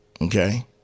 Okay